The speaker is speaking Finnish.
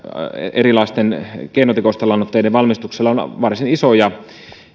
erilaisten keinotekoisten lannoitteiden valmistuksella on kuitenkin varsin isoja